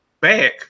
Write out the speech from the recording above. back